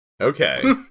Okay